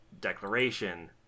declaration